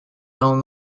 known